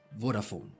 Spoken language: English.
Vodafone